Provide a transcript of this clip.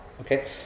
Okay